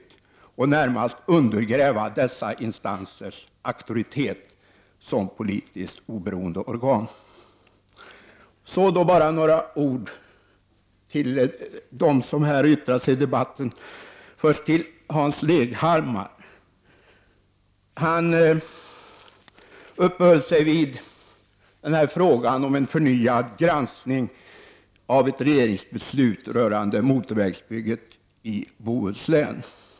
Det skulle närmast undergräva dessa instansers auktoritet som politiskt oberoende organ. Så några ord till dem som har yttrat sig i debatten. Först vänder jag mig till Hans Leghammar. Han uppehöll sig vid frågan om en förnyad granskning av ett regeringsbeslut rörande motorvägsbygget i Bohuslän.